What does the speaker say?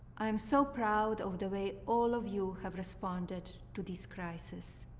i am so proud of the way all of you have responded to this crisis.